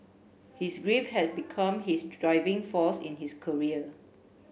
his grief had become his driving force in his career